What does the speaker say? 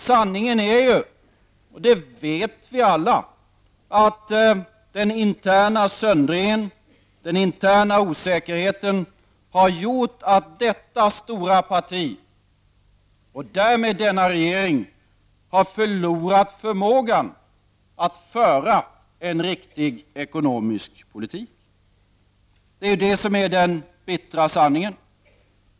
Sanningen är ju, det vet vi alla, att den interna söndringen och den interna osäkerheten har gjort att detta stora parti och därmed denna regering har förlorat förmågan att föra en riktig ekonomisk politik. Det är ju det som är den bittra sanningen!